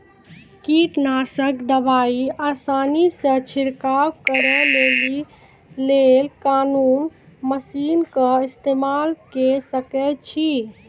कीटनासक दवाई आसानीसॅ छिड़काव करै लेली लेल कून मसीनऽक इस्तेमाल के सकै छी?